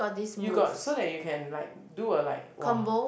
you got so that you can like do a like !wah!